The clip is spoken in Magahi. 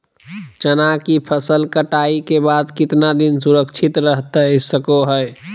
चना की फसल कटाई के बाद कितना दिन सुरक्षित रहतई सको हय?